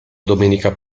domenica